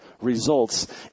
results